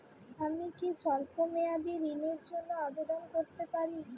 আমি কি স্বল্প মেয়াদি ঋণের জন্যে আবেদন করতে পারি?